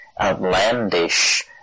outlandish